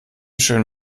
schönen